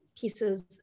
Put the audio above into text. pieces